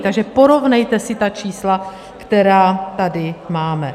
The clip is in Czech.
Takže porovnejte si ta čísla, která tady máme.